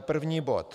První bod.